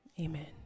Amen